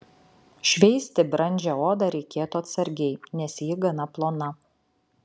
šveisti brandžią odą reikėtų atsargiai nes ji gana plona